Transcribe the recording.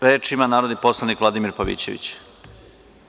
Reč ima narodni poslanik Vladimir Pavićević.